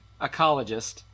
ecologist